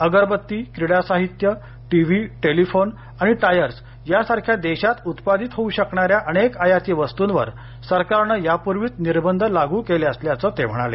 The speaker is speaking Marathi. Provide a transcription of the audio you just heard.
अगरबत्ती क्रिडा साहित्य टीवी टेलिफोन आणि टायर्स यासारख्या देशात उत्पादित होऊ शकणाऱ्या अनेक आयाती वस्तूंवर सरकारनं यापूर्वीच निर्बंध लागू केले असल्याचं ते म्हणाले